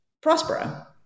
Prospero